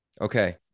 okay